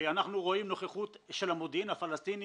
אנחנו רואים נוכחות של המודיעין הפלסטיני